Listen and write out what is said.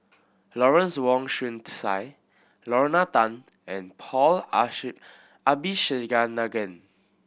Lawrence Wong Shyun Tsai Lorna Tan and Paul Abisheganaden